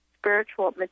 spiritual